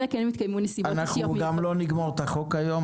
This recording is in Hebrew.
לא נסיים את החוק היום.